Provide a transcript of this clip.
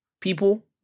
people